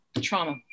trauma